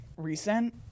Recent